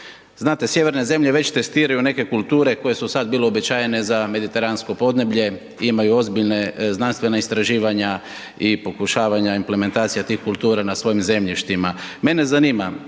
Znate, sjeverne zemlje već testiraju neke kulture koje su sad bile uobičajene za mediteransko podneblje, imaju ozbiljne znanstvena istraživanja i pokušavanja implementacija tih kultura na tim zemljištima. Mene zanima,